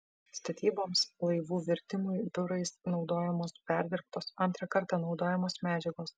statyboms laivų virtimui biurais naudojamos perdirbtos antrą kartą naudojamos medžiagos